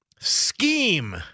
scheme